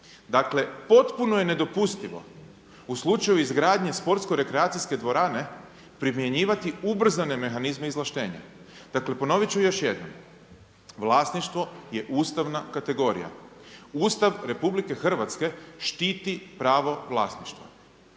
Dakle, potpuno je nedopustivo u slučaju izgradnje sportsko-rekreacijske dvorane primjenjivati ubrzane mehanizme izvlaštenja. Dakle, ponovit ću još jednom. Vlasništvo je ustavna kategorija. Ustav RH štititi pravo vlasništva.